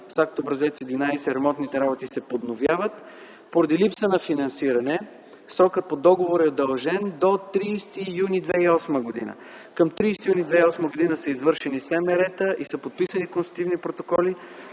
с акт Образец 11 ремонтните работи се подновяват. Поради липса на финансиране срокът по договора е удължен до 30 юни 2008 г. Към 30 юни 2008 г. са извършени СМР-та и са подписани констативни протоколи